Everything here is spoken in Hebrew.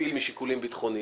יפעיל משיקולים ביטחוניים.